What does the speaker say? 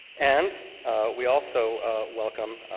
and we also welcome,